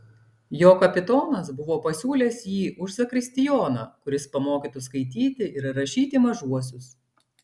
jo kapitonas buvo pasiūlęs jį už zakristijoną kuris pamokytų skaityti ir rašyti mažuosius